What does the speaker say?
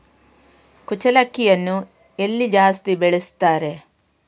ಕುಚ್ಚಲಕ್ಕಿಯನ್ನು ಎಲ್ಲಿ ಜಾಸ್ತಿ ಬೆಳೆಸ್ತಾರೆ?